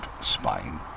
Spain